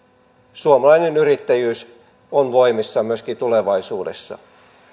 suomalainen yrittäjyys on voimissaan myöskin tulevaisuudessa